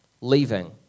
leaving